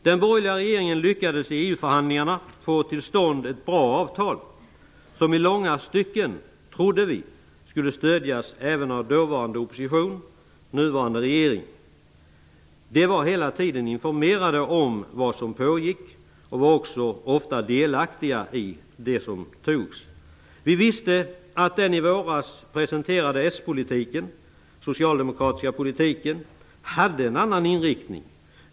Den borgerliga regeringen lyckades i EU förhandlingarna få till stånd ett bra avtal som i långa stycken, trodde vi, skulle stödjas även av dåvarande opposition - nuvarande regering. De var hela tiden informerade om vad som pågick och var också ofta delaktiga i det som beslutades. Vi visste att den i våras presenterade socialdemokratiska politiken hade en annan inriktning.